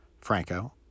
Franco